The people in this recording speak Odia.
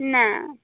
ନା